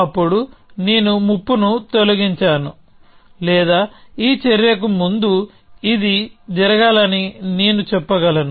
అప్పుడు నేను ముప్పును తొలగించాను లేదా ఈ చర్యకు ముందు ఇది జరగాలని నేను చెప్పగలను